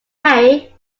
harry